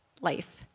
life